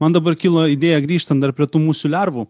man dabar kilo idėja grįžtan dar prie tų musių lervų